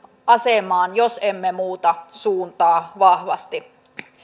asemaan jos emme muuta suuntaa vahvasti